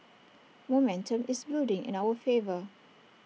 momentum is building in our favour